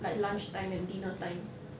like lunch time and dinner time